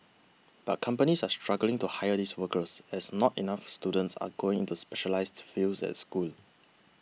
but companies are struggling to hire these workers as not enough students are going into specialised fields at school